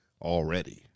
already